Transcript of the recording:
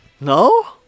No